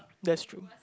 that's true